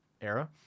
era